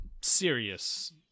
Serious